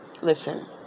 listen